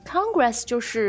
Congress,就是